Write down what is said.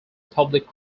public